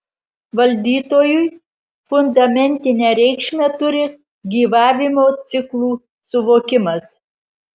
valdytojui fundamentinę reikšmę turi gyvavimo ciklų suvokimas